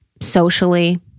socially